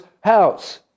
house